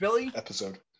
episode